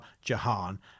Jahan